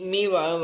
Mila